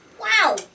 wow